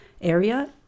area